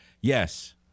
Yes